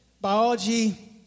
biology